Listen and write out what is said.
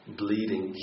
bleeding